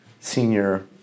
senior